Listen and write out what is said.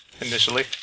Initially